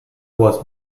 was